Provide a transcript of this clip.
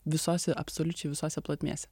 visose absoliučiai visose plotmėse